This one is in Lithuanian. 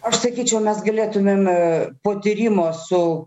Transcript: aš sakyčiau mes galėtumėm po tyrimo su